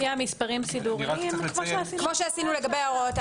שרוצים לדעת איך זה משפיע ומה המשמעות האם אפשר להשאירם כהוראות שעה?